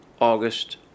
August